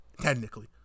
Technically